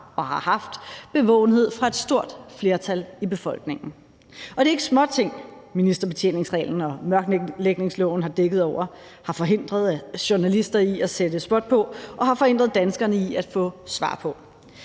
og har haft bevågenhed fra et stort flertal i befolkningen. Og det er ikke småting, ministerbetjeningsreglen og mørklægningsloven har dækket over, har forhindret journalister i at sætte spot på og har forhindret danskerne i at få svar på.